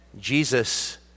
jesus